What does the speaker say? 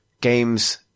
games